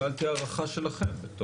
אני שאלתי הערכה שלכם.